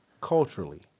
Culturally